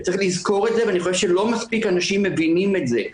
וצריך לזכור את זה ואני חושב שלא מספיק אנשים מבינים את זה,